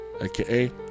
aka